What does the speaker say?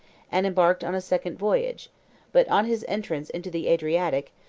and embarked on a second voyage but on his entrance into the adriatic,